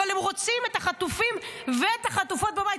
אבל הם רוצים את החטופים ואת החטופות בבית.